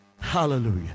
Hallelujah